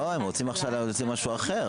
לא, עכשיו הם רוצים להמציא משהו אחר.